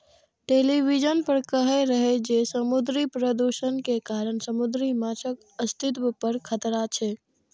television पर कहै रहै जे समुद्री प्रदूषण के कारण समुद्री माछक अस्तित्व पर खतरा छै